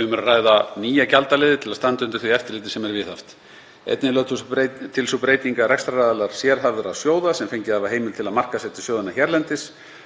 Um er að ræða nýja gjaldaliði til að standa undir því eftirliti sem er viðhaft. Einnig er lögð til sú breyting að rekstraraðilar sérhæfðra sjóða, sem fengið hafa heimild til að markaðssetja sjóðina hérlendis,